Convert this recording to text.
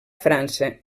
frança